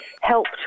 helped